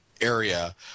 area